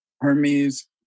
Hermes